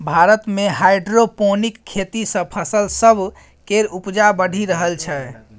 भारत मे हाइड्रोपोनिक खेती सँ फसल सब केर उपजा बढ़ि रहल छै